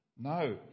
No